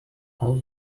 all